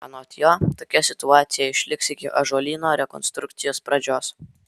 anot jo tokia situacija išliks iki ąžuolyno rekonstrukcijos pradžios